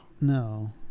No